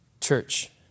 Church